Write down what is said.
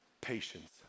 patience